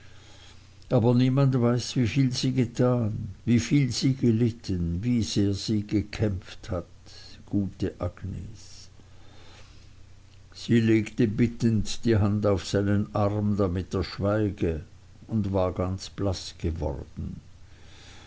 aber niemand weiß wieviel sie getan wieviel sie gelitten wie sehr sie gekämpft hat gute agnes sie legte bittend die hand auf seinen arm damit er schweige und war ganz blaß geworden